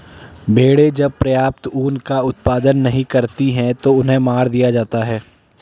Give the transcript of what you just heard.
भेड़ें जब पर्याप्त ऊन का उत्पादन नहीं करती हैं तो उन्हें मार दिया जाता है